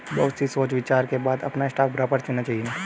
बहुत ही सोच विचार के बाद अपना स्टॉक ब्रोकर चुनना चाहिए